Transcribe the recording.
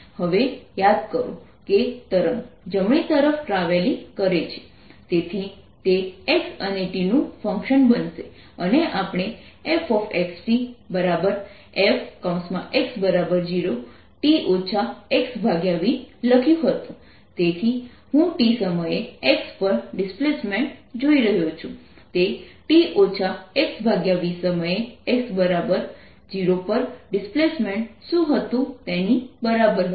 હવે યાદ કરો કે તરંગ જમણી તરફ ટ્રાવેલિંગ કરે છે તેથી તે x અને t નું ફંકશન બનશે અને આપણે fxtfx0 t xv લખ્યું હતું fxtfx0 t xv તેથી હું t સમયે x પર ડિસ્પ્લેસમેન્ટ જોઈ રહ્યો છું તે t xvસમયે x0 પર ડિસ્પ્લેસમેન્ટ શું હતું તેની બરાબર હશે